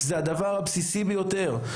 זה הדבר הבסיסי ביותר,